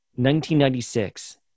1996